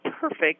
perfect